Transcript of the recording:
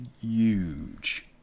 huge